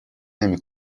نمی